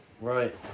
Right